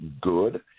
good